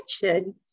kitchen